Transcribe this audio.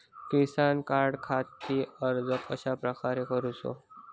किसान कार्डखाती अर्ज कश्याप्रकारे करूचो?